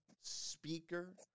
speaker